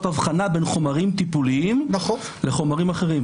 הבחנה בין חומרים טיפוליים לחומרים אחרים.